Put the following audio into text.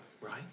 right